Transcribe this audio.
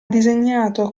disegnato